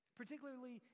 particularly